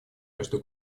между